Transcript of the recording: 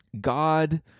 God